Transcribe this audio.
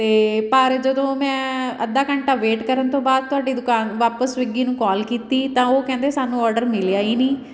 ਅਤੇ ਪਰ ਜਦੋਂ ਮੈਂ ਅੱਧਾ ਘੰਟਾ ਵੇਟ ਕਰਨ ਤੋਂ ਬਾਅਦ ਤੁਹਾਡੀ ਦੁਕਾਨ ਵਾਪਸ ਸਵਿੱਗੀ ਨੂੰ ਕੋਲ ਕੀਤੀ ਤਾਂ ਉਹ ਕਹਿੰਦੇ ਸਾਨੂੰ ਔਡਰ ਮਿਲਿਆ ਹੀ ਨਹੀਂ